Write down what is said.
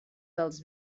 dels